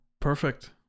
Perfect